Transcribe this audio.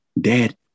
dad